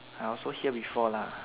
I also hear before lah